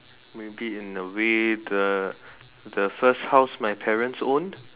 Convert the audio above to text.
maybe in a way the the first house my parents owned